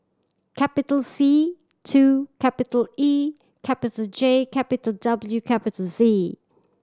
capital C two capital E capital J capital W capital Z